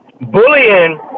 Bullying